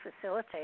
facilitate